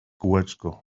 kółeczko